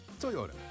Toyota